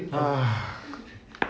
!hais!